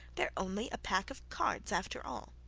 they're only a pack of cards, after all.